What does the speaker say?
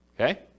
okay